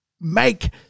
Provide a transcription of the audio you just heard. make